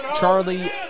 Charlie